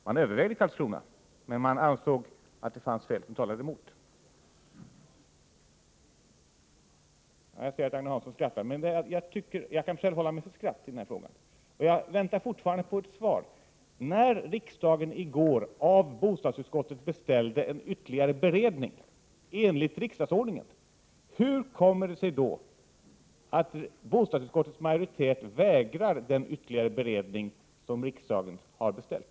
Man övervägde Karlskrona, men man ansåg att det fanns skäl som talade emot den orten. Jag ser att Agne Hansson skrattar, men jag kan själv hålla mig för skratt i denna fråga. Jag väntar fortfarande på ett svar. Riksdagen beställde i går av bostadsutskottet en ytterligare beredning i enlighet med riksdagsordningen. Hur kommer det sig då att bostadsutskottets majoritet vägrar den ytterligare beredning som riksdagen har beställt?